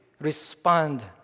respond